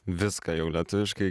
viską jau lietuviškai